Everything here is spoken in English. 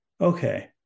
okay